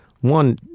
One